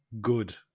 good